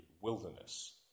wilderness